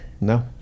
No